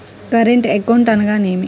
Current account అనగా ఏమిటి?